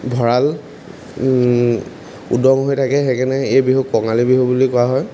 ভঁৰাল উদং হৈ থাকে সেইকাৰণে এই বিহুক কঙালী বিহু বুলি কোৱা হয়